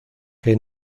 que